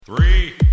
Three